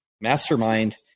mastermind